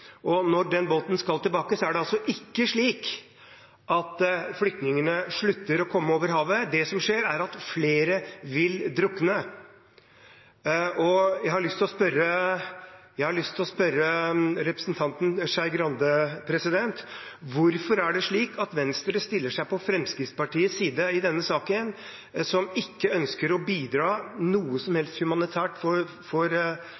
og når den båten skal tas tilbake, er det altså ikke slik at flyktningene slutter å komme over havet. Det som skjer, er at flere vil drukne. Jeg har lyst til å spørre representanten Skei Grande: Hvorfor er det slik at Venstre stiller seg på Fremskrittspartiets side i denne saken, som ikke ønsker å bidra noe som